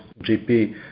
GP